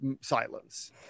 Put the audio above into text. silence